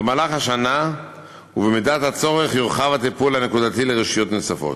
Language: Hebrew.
במהלך השנה ובמידת הצורך יורחב הטיפול הנקודתי לרשויות נוספות.